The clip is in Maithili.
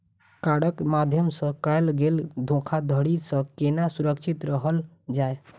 कार्डक माध्यम सँ कैल गेल धोखाधड़ी सँ केना सुरक्षित रहल जाए?